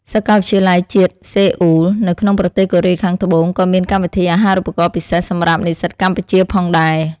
សាកលវិទ្យាល័យជាតិសេអ៊ូល នៅក្នុងប្រទេសកូរ៉េខាងត្បូងក៏មានកម្មវិធីអាហារូបករណ៍ពិសេសសម្រាប់និស្សិតកម្ពុជាផងដែរ។